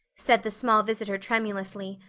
said the small visitor tremulously,